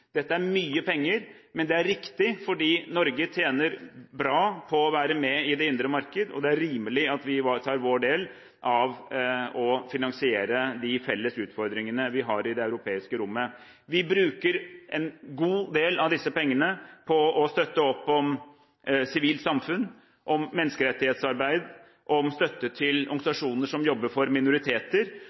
Dette er mye penger, men det er riktig fordi Norge tjener bra på å være med i det indre marked. Det er rimelig at vi da tar vår del av å finansiere de felles utfordringene vi har i det europeiske rommet. Vi bruker en god del av disse pengene på å støtte opp om sivilt samfunn, menneskerettighetsarbeid og støtte til organisasjoner som jobber for minoriteter.